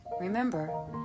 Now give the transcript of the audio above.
Remember